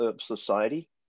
society